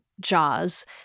Jaws